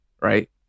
right